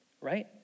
right